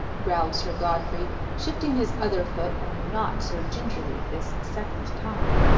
growled sir godfrey, shifting his other foot, and not so gingerly this second time.